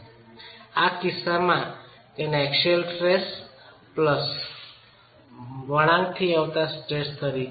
આ કિસ્સામાં તેને એક્સિયલ સ્ટ્રેસ પ્લસ વળાંકથી આવતા સ્ટ્રેસ તરીકે લખી શકાઈ છે